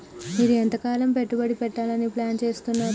మీరు ఎంతకాలం పెట్టుబడి పెట్టాలని ప్లాన్ చేస్తున్నారు?